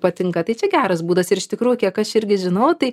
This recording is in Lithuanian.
patinka tai čia geras būdas ir iš tikrųjų kiek aš irgi žinau tai